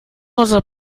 unser